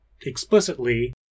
explicitly